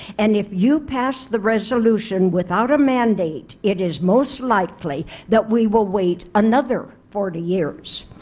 and if you pass the resolution without a mandate it is most likely that we will wait another forty years.